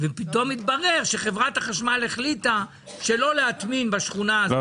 ופתאום מתברר שחברת החשמל החליטה שלא להטמין בשכונה הזאת.